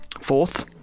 Fourth